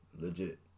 Legit